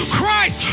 Christ